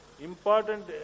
important